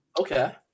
Okay